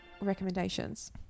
recommendations